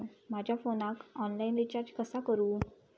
माझ्या फोनाक online recharge कसा करू?